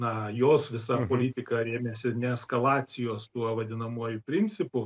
na jos visa politika rėmėsi ne eskalacijos tuo vadinamuoju principu